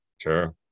Sure